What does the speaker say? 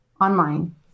online